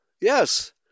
Yes